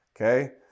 Okay